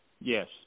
Yes